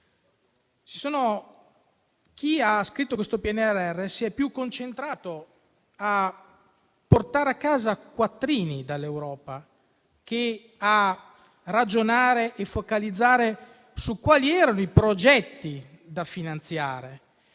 Chi ha scritto questo piano si è concentrato maggiormente sul portare a casa quattrini dall'Europa che sul ragionare e focalizzare quali erano i progetti da finanziare